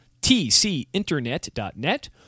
tcinternet.net